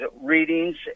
readings